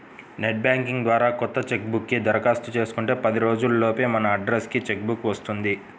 net banking ద్వారా కొత్త cheque book కి దరఖాస్తు చేసుకుంటే పది రోజుల లోపే మన అడ్రస్ కి చెక్ బుక్ వస్తుంది